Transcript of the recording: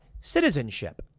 citizenship